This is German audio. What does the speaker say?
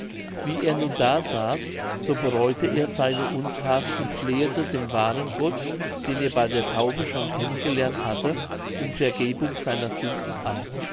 wie er nun da saß so bereuete er seine unthaten und flehete den wahren gott den er bei der taufe schon kennen gelernt hatte um vergebung seiner sünden an